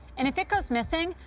and if it goes missing,